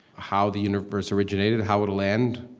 how the universe originated, how it'll end,